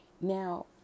now